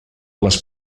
les